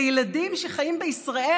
לילדים שחיים בישראל,